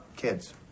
kids